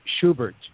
Schubert